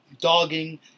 dogging